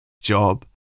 job